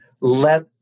let